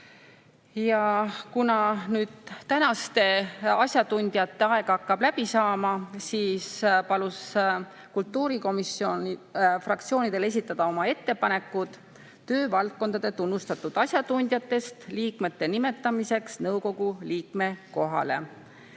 Kuna praeguste asjatundjate aeg hakkab läbi saama, siis palus kultuurikomisjon fraktsioonidel esitada oma ettepanekud töövaldkonna tunnustatud asjatundjatest liikmete nimetamiseks nõukogus.